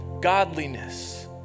godliness